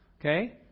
Okay